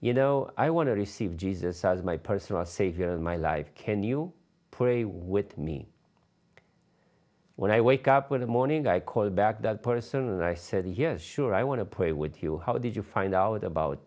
you know i want to receive jesus as my personal savior in my life can you pray with me when i wake up in the morning i called back that person and i said yes sure i want to pray with you how did you find out about